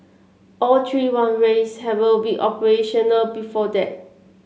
all three runways have all be operational before that